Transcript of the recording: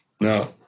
Now